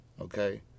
okay